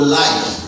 life